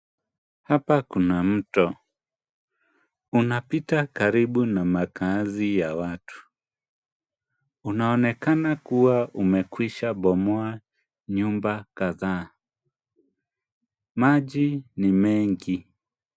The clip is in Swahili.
Hapa kuna mto unapita karibu na makaazi ya watu. Unaonekana kuwa umekwisha bomoa nyumba kadhaa. Maji ni mengi.